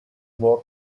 more